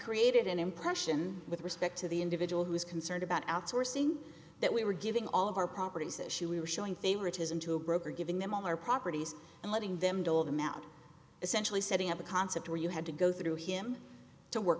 created an impression with respect to the individual who is concerned about outsourcing that we were giving all of our properties issue we were showing favoritism to a broker giving them all our properties and letting them dole them out essentially setting up a concept where you had to go through him to work